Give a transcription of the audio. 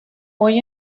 hoy